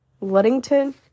Luddington